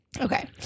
Okay